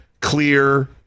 clear